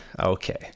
Okay